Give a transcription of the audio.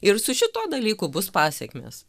ir su šituo dalyku bus pasekmės